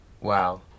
Wow